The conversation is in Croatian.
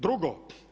Drugo.